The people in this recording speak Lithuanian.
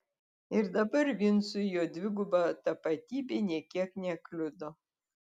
ir dabar vincui jo dviguba tapatybė nė kiek nekliudo